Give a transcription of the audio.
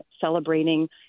celebrating